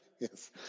Yes